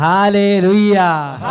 Hallelujah